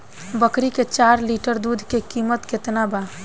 बकरी के चार लीटर दुध के किमत केतना बा?